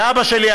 ואבא שלי,